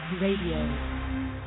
Radio